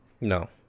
No